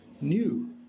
new